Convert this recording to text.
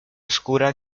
oscura